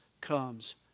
comes